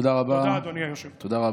תודה, אדוני היושב-ראש.